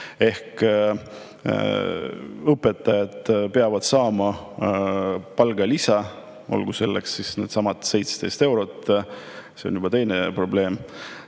ehk õpetajad peavad saama palgalisa, olgu selleks needsamad 17 eurot – see on juba teine probleem